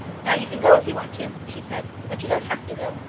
now you can go if you want to, she said, but you don't have to go.